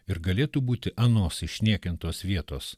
ir galėtų būti anos išniekintos vietos